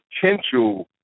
potential